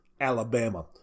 Alabama